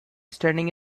standing